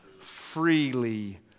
freely